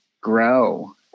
grow